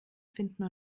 finden